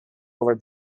over